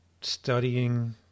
studying